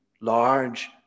large